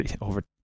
over